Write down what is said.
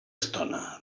estona